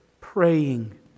praying